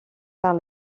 par